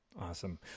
awesome